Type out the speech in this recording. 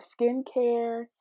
skincare